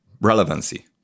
relevancy